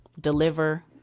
deliver